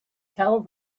tell